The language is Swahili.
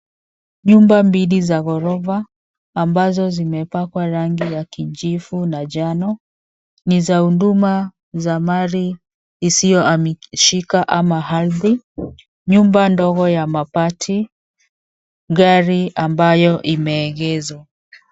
Nyumba mbili za ghorofa ambazo zimepakwa rangi ya kijivu na njano. Ni za huduma za mali isiyohamishika ama ardhi. Nyumba ndogo ya mabati. Gari ambayo imeegezwa.